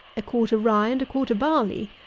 a quarter rye and a quarter barley,